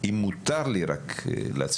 אם מותר לי רק להציע,